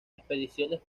expediciones